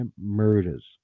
murders